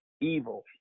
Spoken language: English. Evil